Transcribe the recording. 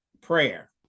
prayer